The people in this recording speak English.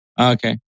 Okay